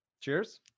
Cheers